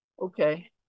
Okay